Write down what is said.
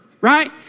right